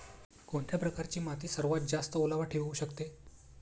कोणत्या प्रकारची माती सर्वात जास्त ओलावा ठेवू शकते?